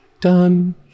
Done